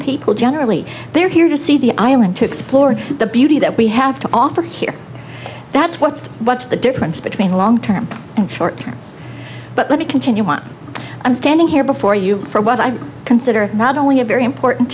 people generally they're here to see the island to explore the beauty that we have to offer here that's what's what's the difference between long term and short term but let me continue want i'm standing here before you for what i consider not only a very important